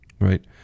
right